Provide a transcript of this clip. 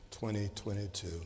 2022